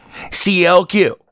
CLQ